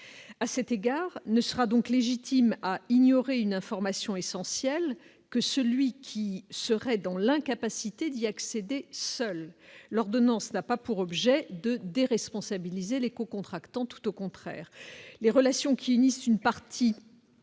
à cet égard, ne sera donc légitime à ignorer une information essentielle que celui qui serait dans l'incapacité d'y accéder, seul l'ordonnance n'a pas pour objet de déresponsabiliser les co-contractants, tout au contraire, les relations qui unissent une partie